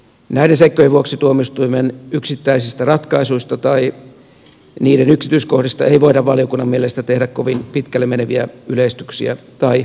näiden seikkojen vuoksi tuomioistuimen yksittäisistä ratkaisuista tai niiden yksityiskohdista ei voida valio kunnan mielestä tehdä kovin pitkälle meneviä yleistyksiä tai johtopäätöksiä